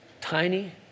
tiny